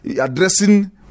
addressing